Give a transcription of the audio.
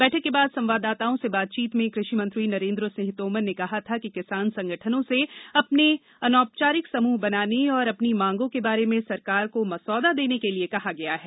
बैठक के बाद संवाददाताओं से बातचीत में कृषि मंत्री नरेन्द्र सिंह तोमर ने कहा था कि किसान संगठनों से अपने अनौपचारिक समूह बनाने और अपनी मांगों के बारे में सरकार को मसौदा देने के लिए कहा गया है